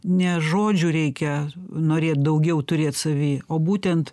ne žodžių reikia norėt daugiau turėt savy o būtent